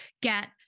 get